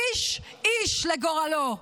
איש איש לגורלו.